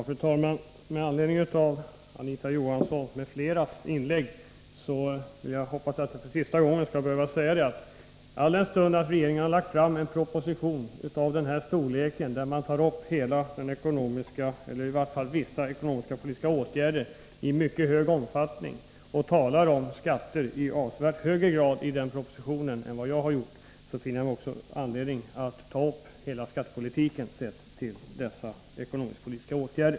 Fru talman! Med anledning av inlägg av Anita Johansson m.fl. hoppas jag att det är sista gången jag skall behöva säga att alldenstund regeringen har lagt fram en proposition av den här storleken, där man tar upp vissa ekonomisk-politiska åtgärder av mycket stor omfattning och i propositionen talar om skatter i avsevärt högre grad än vad jag har gjort, så finner jag också anledning att ta upp hela skattepolitiken, sedd i relation till dessa ekonomiskpolitiska åtgärder.